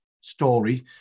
story